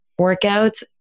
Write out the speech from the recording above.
workouts